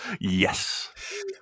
Yes